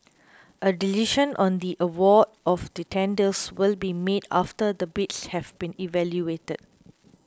a decision on the award of the tenders will be made after the bids have been evaluated